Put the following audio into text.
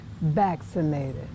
vaccinated